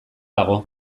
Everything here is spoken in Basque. dago